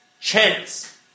chance